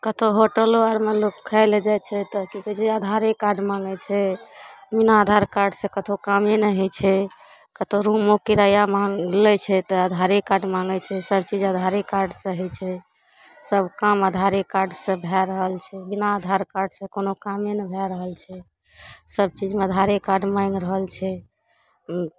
कतहु होटलो आओरमे लोक खाएले जाए छै तऽ कि कहै छै आधारे कार्ड माँगै छै बिना आधार कार्डसे ककरो कामे नहि होइ छै कतहु रूममे किराआमे लै छै तऽ आधारे कार्ड माँगै छै सबचीज आधारे कार्डसे होइ छै सब काम आधारे कार्डसे भए रहल छै बिना आधार कार्डसे कोनो कामे नहि भए रहल छै सबचीजमे आधारे कार्ड माँगि रहल छै ई